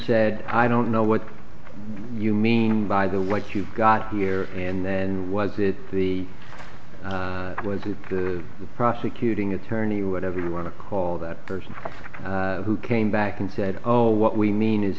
said i don't know what you mean by the what you've got here and then was it the was it the the prosecuting attorney or whatever you want to call that person who came back and said oh what we mean is